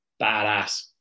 badass